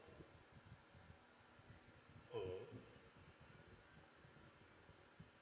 mmhmm